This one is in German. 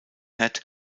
head